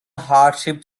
hardship